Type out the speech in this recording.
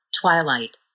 Twilight